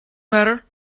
matter